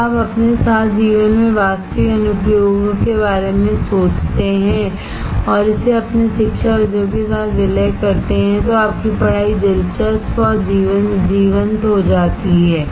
जब आप अपने साथ जीवन में वास्तविक अनुप्रयोगों के बारे में सोचते हैं और इसे अपने शिक्षाविदों के साथ विलय करते हैं तो आपकी पढ़ाई दिलचस्प और जीवंत हो जाती है